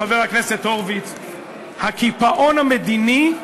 חבר הכנסת הורוביץ: הקיפאון המדיני,